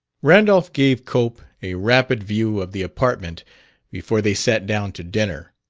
randolph gave cope a rapid view of the apartment before they sat down to dinner.